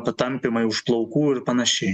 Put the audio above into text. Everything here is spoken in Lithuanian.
patampymai už plaukų ir panašiai